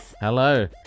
Hello